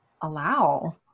allow